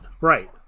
right